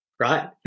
right